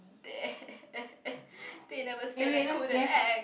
they they never said I couldn't act